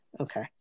Okay